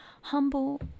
Humble